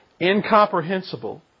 incomprehensible